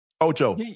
Ocho